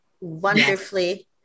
wonderfully